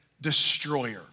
destroyer